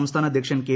സംസ്ഥാന അധ്യക്ഷൻ കെ